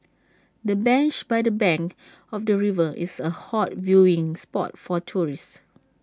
the bench by the bank of the river is A hot viewing spot for tourists